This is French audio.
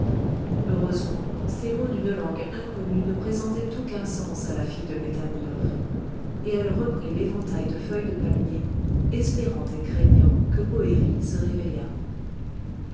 heureusement ces mots d'une langue inconnue ne présentaient aucun sens à la fille de pétamounoph et elle reprit l'éventail de feuilles de palmier espérant et craignant que poëri se réveillât